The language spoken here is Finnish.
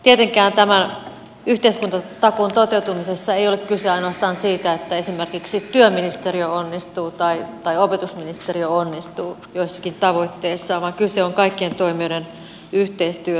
tietenkään tämän yhteiskuntatakuun toteutumisessa ei ole kyse ainoastaan siitä että esimerkiksi työministeriö onnistuu tai opetusministeriö onnistuu joissakin tavoitteissaan vaan kyse on kaikkien toimijoiden yhteistyöstä